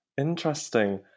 Interesting